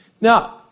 Now